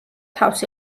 თავს